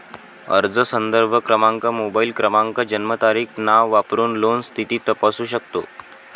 अर्ज संदर्भ क्रमांक, मोबाईल क्रमांक, जन्मतारीख, नाव वापरून लोन स्थिती तपासू शकतो